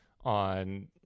on